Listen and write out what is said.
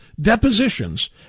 depositions